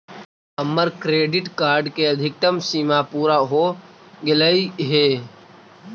हमर credit card के अधिकतम सीमा पूरा हो गेलई हे